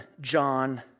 John